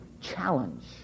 challenge